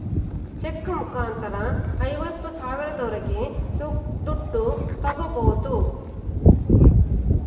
check ಮುಖಾಂತರ ಐವತ್ತು ಸಾವಿರದವರೆಗೆ ದುಡ್ಡು ತಾಗೋಬೋದು